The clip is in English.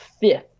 fifth